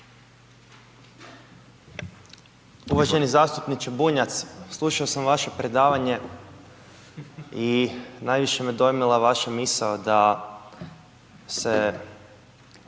Uvaženi zastupniče Bunjac, slušao sam vaše predavanje i najviše me dojmila vaša misao da se